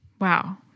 Wow